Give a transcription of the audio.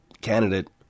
candidate